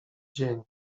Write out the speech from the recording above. dzień